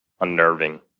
unnerving